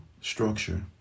structure